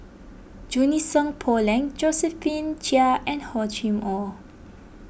Junie Sng Poh Leng Josephine Chia and Hor Chim or